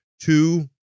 two